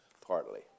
partly